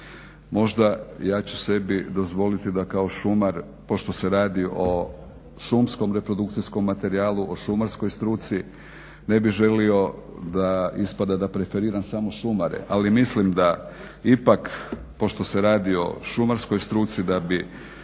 Možda, ja ću sebi dozvoliti da kao šumar, pošto se radi o šumskom reprodukcijskom materijalu, o šumarskoj struci, ne bih želio da ispada da preferiram samo šumare, ali mislim da ipak pošto se radi o šumarskoj struci da bi,